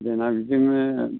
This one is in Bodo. जोंना बिदिनो